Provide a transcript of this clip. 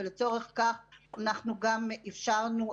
ולצורך כך אנחנו גם אפשרנו,